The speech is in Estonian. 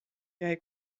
jäi